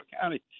County